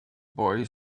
boy